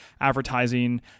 advertising